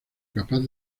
capaz